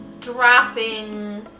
dropping